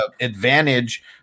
advantage